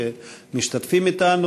שמשתתפים אתנו.